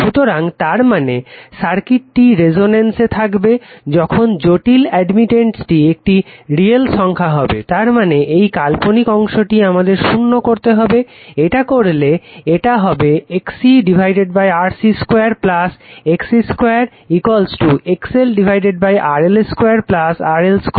সুতরাং তার মানে সার্কিটটি রেজোন্যান্সে থাকবে যখন জটিল অ্যাডমিটেন্সটি একটি রিয়েল সংখ্যা হবে তার মানে এই কাল্পনিক অংশটি আমাদের শূন্য করতে হবে এটা করলে এটা হবে XCRC 2 XC 2 XLRL 2 XL 2